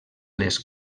les